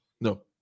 No